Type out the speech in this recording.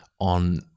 on